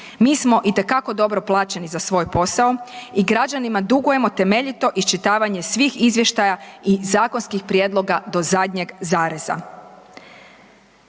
Mi smo itekako dobro plaćeni za svoj posao i građanima dugujemo temeljito iščitavanje svih izvještaja i zakonskih prijedloga do zadnjeg zareza.